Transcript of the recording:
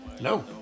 No